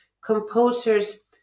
composers